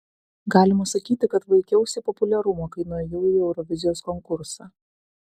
galima sakyti kad vaikiausi populiarumo kai nuėjau į eurovizijos konkursą